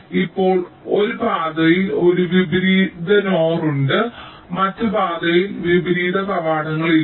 ഇപ്പോൾ ഒരു പാതയിൽ ഒരു വിപരീത NOR ഉണ്ട് മറ്റ് പാതയിൽ വിപരീത കവാടങ്ങളില്ല